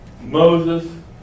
Moses